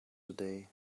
today